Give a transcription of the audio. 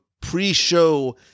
pre-show